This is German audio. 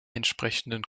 entsprechenden